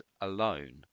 alone